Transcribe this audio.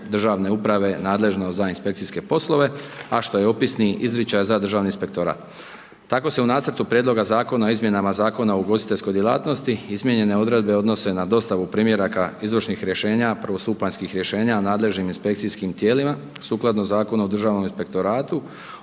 državne uprave nadležno za inspekcijske poslove, a što je opisni izričaj za Državni inspektorat. Tako se u Nacrtu prijedloga Zakona o izmjenama Zakona o ugostiteljskoj djelatnosti izmijenjene odredbe odnose na dostavu primjeraka izvršnih rješenja, prvostupanjskih rješenja nadležnim inspekcijskim tijelima sukladno Zakonu o državnom inspektoratu,